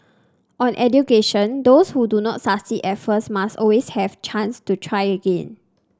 on education those who do not succeed at first must always have chance to try again